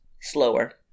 slower